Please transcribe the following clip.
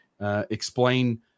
explain